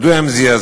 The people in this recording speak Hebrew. מדוע הן זעזעו?